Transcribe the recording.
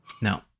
No